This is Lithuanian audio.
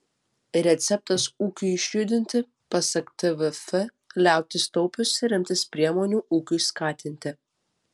receptas ūkiui išjudinti pasak tvf liautis taupius ir imtis priemonių ūkiui skatinti